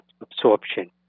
absorption